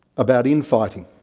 about infighting,